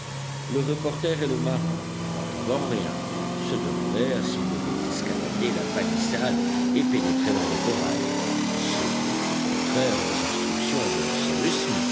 le reporter et le marin n'entendant rien se demandèrent s'ils devaient escalader la palissade et pénétrer dans le corral ce qui était contraire aux instructions de cyrus